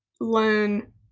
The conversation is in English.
learn